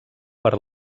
per